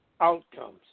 outcomes